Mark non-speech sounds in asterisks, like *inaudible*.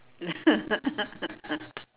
*laughs*